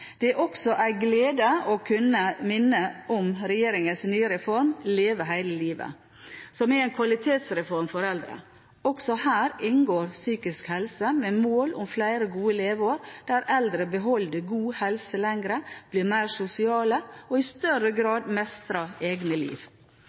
er også en glede å kunne minne om regjeringens nye reform, Leve hele livet, som er en kvalitetsreform for eldre. Også her inngår psykisk helse, med mål om flere gode leveår, der eldre beholder god helse lenger, blir mer sosiale og i større